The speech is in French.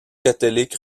catholique